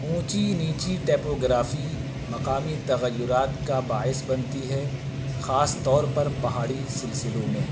اونچی نیچی ٹیپوگرافی مقامی تغیرات کا باعث بنتی ہے خاص طور پر پہاڑی سلسلوں میں